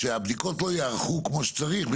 שהבדיקות לא ייערכו כמו שצריך,